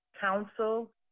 Council